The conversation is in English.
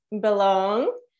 belong